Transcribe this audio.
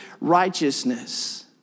righteousness